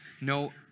No